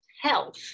health